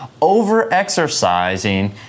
Over-exercising